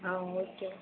ஆ okay